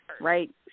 Right